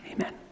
Amen